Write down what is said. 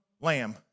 lamb